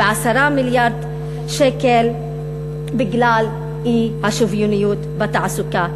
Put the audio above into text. ב-10 מיליארד שקל בגלל אי-שוויוניות בתעסוקה.